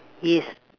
yes